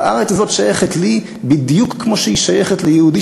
והארץ הזאת שייכת לי בדיוק כמו שהיא שייכת ליהודי